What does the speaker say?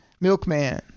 milkman